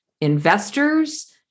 investors